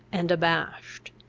and abashed.